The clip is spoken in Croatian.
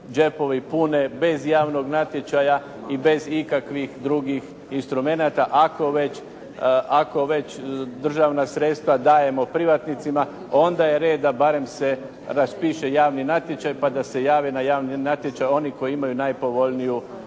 džepovi pune bez javnog natječaja i bez ikakvih drugih instrumenata ako već, ako već državna sredstva dajemo privatnicima onda je red da barem se raspiše javni natječaj pa da se jave na javni natječaj oni koji imaju najpovoljniju